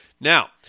Now